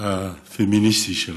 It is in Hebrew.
הפמיניסטי שלך,